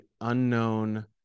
unknown